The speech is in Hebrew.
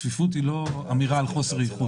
צפיפות לא מראה על חוסר איכות.